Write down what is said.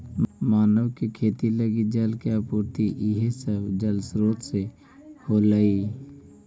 मानव के खेती लगी जल के आपूर्ति इहे सब जलस्रोत से होलइ